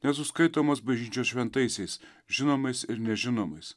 nesuskaitomos bažnyčios šventaisiais žinomais ir nežinomais